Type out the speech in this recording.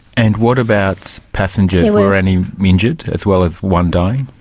and what about passengers? were any injured as well as one dying?